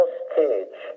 stage